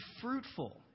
fruitful